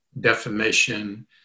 defamation